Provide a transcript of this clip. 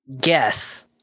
guess